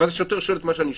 ואז השוטר שואל מה שאני שאלתי.